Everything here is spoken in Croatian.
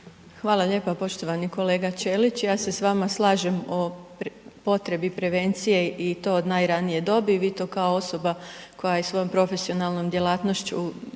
Hvala lijepo poštovani kolega Ćelić, ja se s vama slažem o potrebi prevencije i to od najranije dobi. Vi to kao osoba koja i svojom profesionalnom djelatnošću